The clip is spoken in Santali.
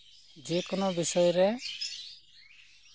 ᱡᱮᱠᱳᱱᱳ ᱵᱤᱥᱚᱭ ᱨᱮ